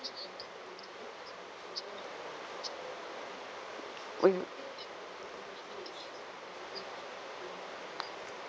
or you